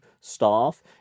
staff